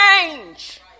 change